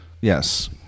Yes